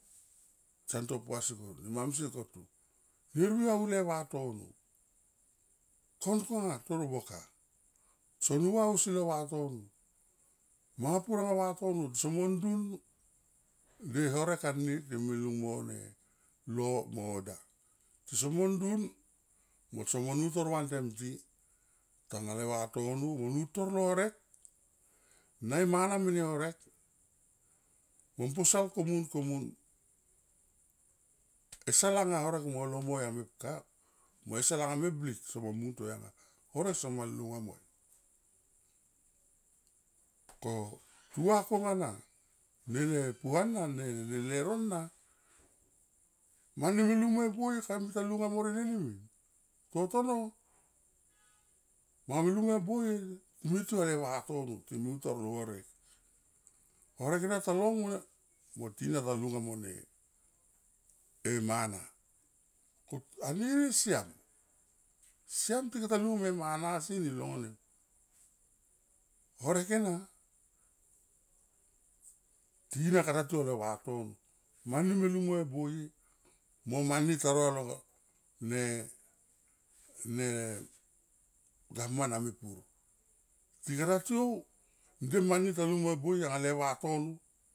Tison to pua so komun ne mamsie toni ne vriou aun le vatono kon tonga toro boka son nu va ausi lo vatono manga pur anga vatono somo ndun ge horek anini me lung mo ne low mo order tisomon ndun mo tsomon utor vantem ti tanga le vatono utor lo horek na e mana mene horek mo posal komun, komun esal anga horek mo valong moi a mepka mo esal anga meblik somo muntoi anga, horek sama lunga moi ko tu va konga na ne puana ne leuro na mani me lungo boye kamita lunga morien eni min totono manga me lung mo e boye me tiou le vatono time utor lo horek. Horek ena ta long mo mo ti na ta long mo tina ta lunga me mana. anini siam, siam tikata lunga me mana si ne long vanem horek ena tina kata tiou le vatono mani me lung mo e boye mo mani ta ro ne gavman a mepur tikata tiou nde mani ta lung mo boye anga le vatono.